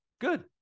Good